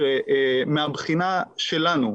שמהבחינה שלנו,